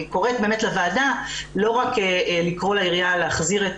אני קוראת לוועדה לא רק לקרוא לעירייה להחזיר את